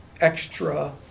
extra